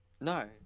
no